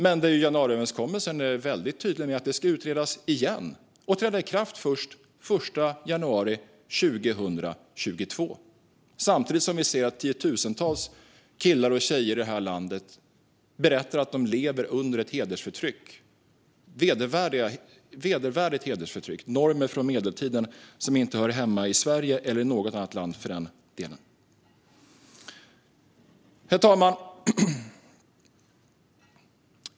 Men i januariöverenskommelsen är det väldigt tydligt att det ska utredas igen och träda i kraft först den 1 januari 2022. Samtidigt berättar tiotusentals killar och tjejer i detta land att de lever under ett vedervärdigt hedersförtryck - normer från medeltiden som inte hör hemma i Sverige eller i något annat land för den delen. Herr talman!